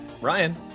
Ryan